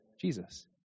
Jesus